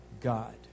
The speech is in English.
God